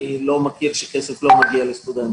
אני לא מכיר שכסף לא מגיע לסטודנטים.